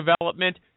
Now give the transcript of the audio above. development